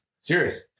Serious